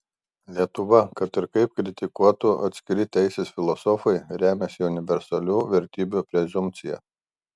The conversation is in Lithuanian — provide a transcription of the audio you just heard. lietuva kad ir kaip kritikuotų atskiri teisės filosofai remiasi universalių vertybių prezumpcija